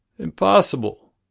Impossible